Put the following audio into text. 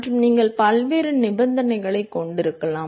மற்றும் நீங்கள் பல்வேறு நிபந்தனைகளை கொண்டிருக்கலாம்